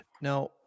Now